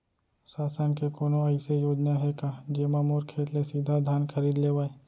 शासन के कोनो अइसे योजना हे का, जेमा मोर खेत ले सीधा धान खरीद लेवय?